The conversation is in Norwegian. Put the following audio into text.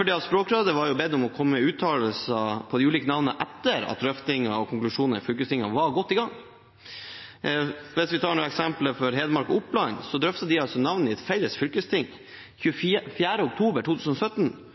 For Språkrådet var bedt om å komme med uttalelser om de ulike navnene etter at drøftingene – og konklusjonene – i fylkestingene var godt i gang. Hvis vi tar eksemplet fra Hedmark og Oppland, drøftet de altså navnet i et felles fylkesting 24. oktober 2017,